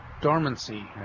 dormancy